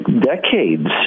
decades